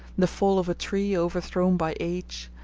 the fall of a tree overthrown by age,